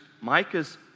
Micah's